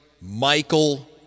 Michael